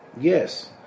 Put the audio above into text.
Yes